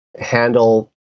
handle